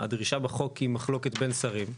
הדרישה בחוק היה מחלוקת בין שרים.